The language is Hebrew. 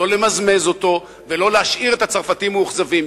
לא למזמז אותו ולא להשאיר את הצרפתים מאוכזבים.